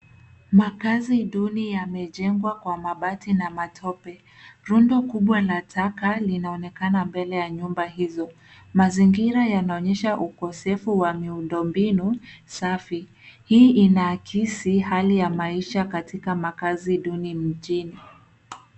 Makazi duni yamejengwa kwa mabati na matope. Rundo kubwa la taka linaonekana mbele ya nyumba hizo. Mazingira yanaonyesha ukosefu wa miundombinu safi. Hii inaakisi hali ya maisha katika makazi duni mjini.